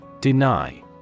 Deny